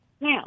Now